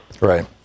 Right